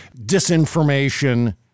disinformation